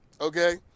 Okay